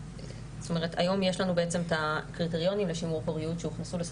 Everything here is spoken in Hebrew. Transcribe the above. היום יש לנו את הקריטריונים לשימור פוריות שהוכנסו לסל